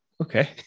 okay